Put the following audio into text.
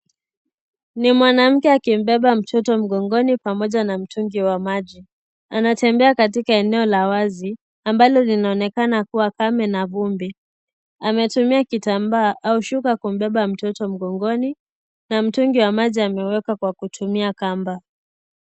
Ni mwanamke akimbeba mtoto mgongoni pamoja na mtungi wa maji anatembea a katika eneo la wazi ambalo linaonekana kuwa kame na vumbi, ametumia au shuka kumbeba mtoto mgongoni na mtungi wa maji amebeba akitumia kamba.